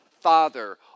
Father